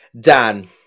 Dan